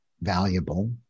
valuable